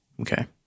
Okay